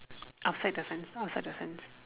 outside the fence outside the fence